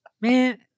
man